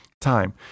time